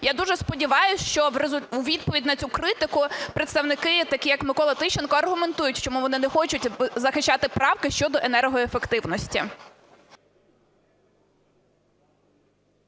Я дуже сподіваюся, що у відповідь на цю критику представники такі як Микола Тищенко, аргументують, чому вони не хочуть захищати правки щодо енергоефективності.